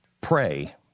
pray